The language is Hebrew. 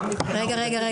גם מבחינה עובדתית,